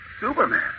Superman